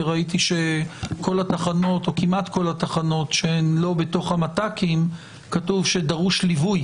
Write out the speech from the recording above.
כי ראיתי שכמעט בכל התחנות שהן לא בתוך המת"קים כתוב שדרוש ליווי